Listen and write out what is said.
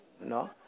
No